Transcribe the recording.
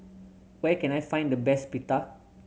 where can I find the best Pita